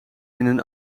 een